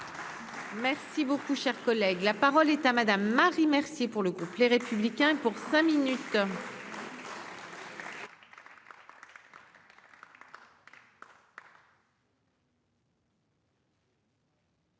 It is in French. Si beaucoup cher collègue, la parole est à Madame Marie Mercier pour le groupe Les Républicains pour cinq minutes.